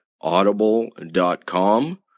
audible.com